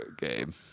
game